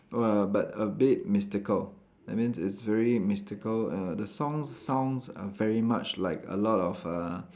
!wah! but a bit mystical that means it's very mystical err the song sounds very much like a lot of uh